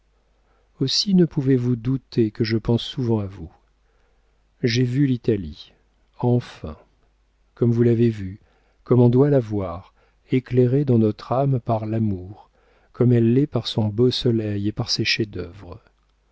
aussi ne pouvez-vous douter que je pense souvent à vous j'ai vu l'italie enfin comme vous l'avez vue comme on doit la voir éclairée dans notre âme par l'amour comme elle l'est par son beau soleil et par ses chefs-d'œuvre